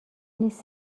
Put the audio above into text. نیست